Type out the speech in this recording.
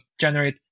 generate